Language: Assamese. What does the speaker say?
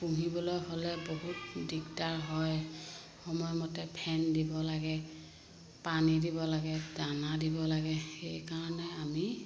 পুহিবলৈ হ'লে বহুত দিগদাৰ হয় সময়মতে ফেন দিব লাগে পানী দিব লাগে দানা দিব লাগে সেইকাৰণে আমি